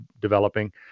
developing